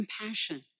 compassion